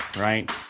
right